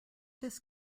this